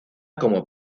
como